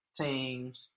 teams